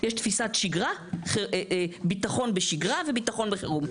יש תפיסת שגרה, ביטחון בשגרה וביטחון בחירום.